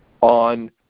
on